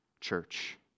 church